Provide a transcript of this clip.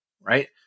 right